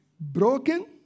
broken